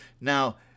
Now